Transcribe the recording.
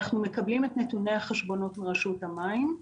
אנו מקבלים את נתוני החשבונות מרשות המים,